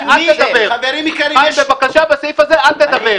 חיים, בבקשה, בסעיף זה אל תדבר.